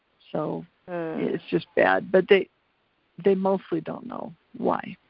so it's just bad, but they they mostly don't know why.